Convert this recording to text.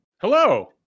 hello